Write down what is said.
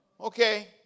Okay